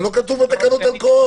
לא כתוב בתקנות אלכוהול.